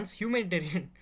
humanitarian